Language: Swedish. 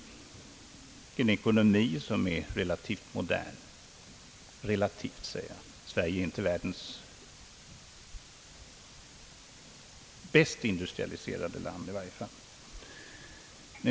Vi har en ekonomi som är relativt modern — relativt, ty Sverige är i varje fall inte världens mest industrialiserade land.